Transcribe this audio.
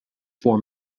for